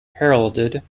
heralded